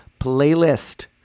playlist